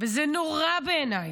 וזה נורא בעיניי.